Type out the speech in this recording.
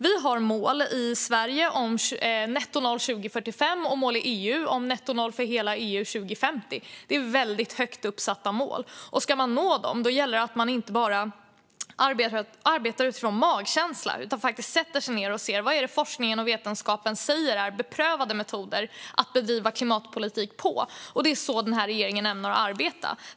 Vi har mål i Sverige om nettonoll 2045 och mål i EU om nettonoll för hela EU 2050. Det är väldigt högt satta mål, och ska man nå dem gäller det att man inte bara arbetar utifrån magkänsla utan faktiskt sätter sig ned och ser efter vad forskningen och vetenskapen säger är beprövade metoder för att bedriva klimatpolitik. Det är så den här regeringen ämnar arbeta.